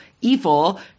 evil